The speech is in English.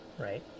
right